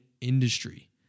industry